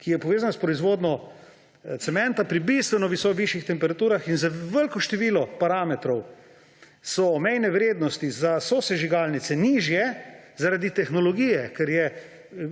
ki je povezana s proizvodnjo cementa. Pri bistveno višjih temperaturah in za veliko število parametrov so mejne vrednosti za sosežigalnice nižje zaradi tehnologije, ker je